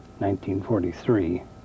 1943